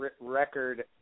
record